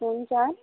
ଶୂନ୍ ଚାରି